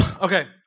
Okay